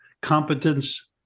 competence